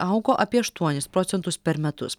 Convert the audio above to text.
augo apie aštuonis procentus per metus